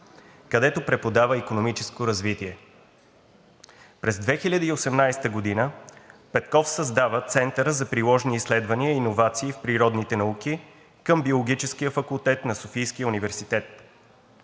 където преподава икономическо развитие. През 2018 г. Петков създава Центъра за приложни изследвания и иновации в природните науки към Биологическия факултет на Софийския университет.